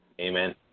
Amen